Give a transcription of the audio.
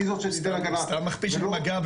היא זאת שתיתן הגנה --- סתם מכפיש את מג"ב,